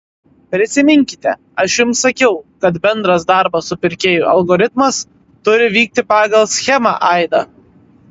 prisiminkite aš jums sakiau kad bendras darbo su pirkėju algoritmas turi vykti pagal schemą aida